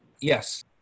Yes